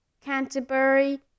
Canterbury